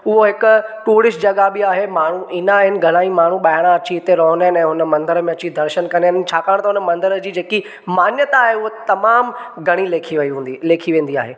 उहा हिक टूरिस्ट जॻहि बि आहे माण्हू ईंदा आहिनि घणाई माण्हू ॿाहिरां अची हिते रहंदा आहिनि ऐं उन मंदिरु में अची दर्शन कंदा आहिनि छाकाणि त उन मंदिरु जी जेकी मान्यता आहे उहा तमामु घणी लेखी वई हूंदी लेखी वेंदी आहे